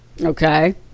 Okay